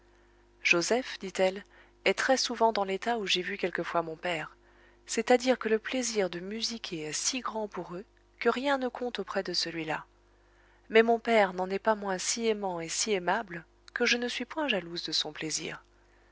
joseph dit-elle est très-souvent dans l'état où j'ai vu quelquefois mon père c'est-à-dire que le plaisir de musiquer est si grand pour eux que rien ne compte auprès de celui-là mais mon père n'en est pas moins si aimant et si aimable que je ne suis point jalouse de son plaisir